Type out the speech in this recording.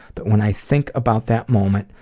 but when i think about that moment,